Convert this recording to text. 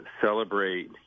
celebrate